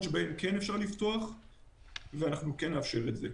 שכן אפשר לפתוח ואנחנו כן נאפשר את זה.